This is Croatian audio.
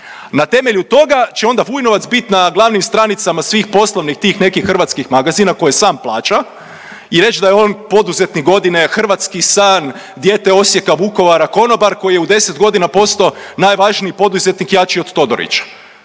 Na temelju toga će onda Vujnovac bit na glavnim stranicama svih poslovnih tih nekih hrvatskih magazina koje sam plaća i reć da je on poduzetnik godine, hrvatski san, dijete Osijeka, Vukovara, konobar koji je u 10 godina postao najvažniji poduzetnik jači od Todorića.